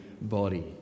body